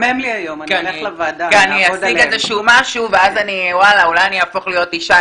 אני אשיג איזשהו משהו ואז אולי אני אהפוך להיות אישה,